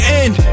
end